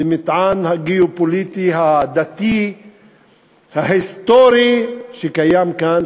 במטען הגיאו-פוליטי הדתי ההיסטורי שקיים כאן,